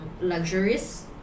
luxurious